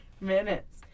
minutes